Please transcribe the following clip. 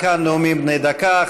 עד כאן נאומים בני דקה.